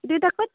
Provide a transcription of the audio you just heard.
त्यता क